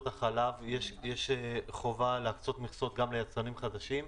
החלב יש חובה להקצות מכסות גם ליצרנים חדשים.